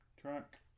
track